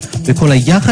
(הקרנת